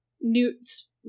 Newt's